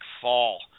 fall